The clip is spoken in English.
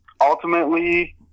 ultimately